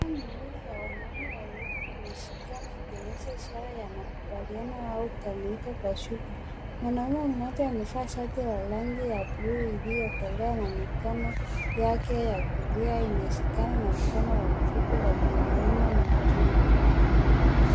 Mikono miwili ya wanaume wawili imeshikana ikionyesha ishara ya makubaliano au kukamilika kwa shughuli. Mwanaume mmoja amevaa shati la rangi ya buluu iliyokolea na mikono yake ya kulia inashikana na mkono wa kushoto wa mwanaume mwingine.